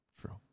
True